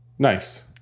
Nice